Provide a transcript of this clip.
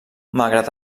malgrat